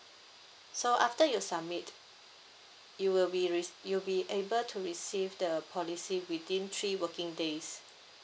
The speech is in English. so after you submit you will be rec~ you'll be able to receive the policy within three working days